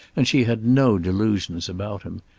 and she had no delusions about him.